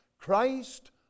Christ